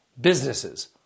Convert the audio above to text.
businesses